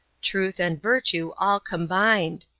truth and virtue all combined!